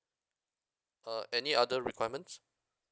uh any other requirements